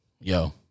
yo